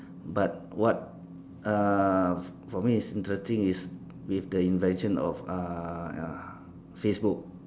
but what uh for me is interesting is is the invention of uh uh Facebook